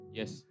Yes